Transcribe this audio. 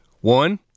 One